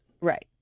Right